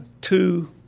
two